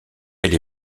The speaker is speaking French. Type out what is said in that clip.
elle